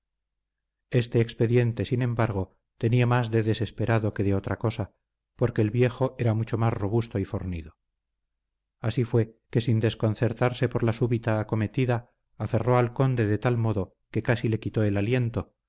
este expediente sin embargo tenía más de desesperado que de otra cosa porque el viejo era mucho más robusto y fornido así fue que sin desconcertarse por la súbita acometida aferró al conde de tal modo que casi le quitó el aliento